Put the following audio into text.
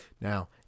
Now